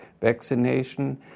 vaccination